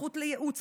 הזכות לייעוץ,